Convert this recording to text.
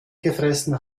gefressen